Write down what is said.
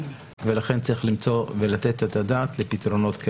ולכן צריך לתת את הדעת לפתרונות.